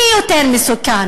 מי יותר מסוכן,